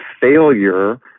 failure